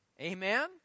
amen